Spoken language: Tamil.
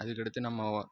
அதுக்கடுத்து நம்ம